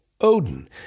Odin